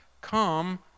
come